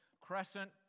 Crescent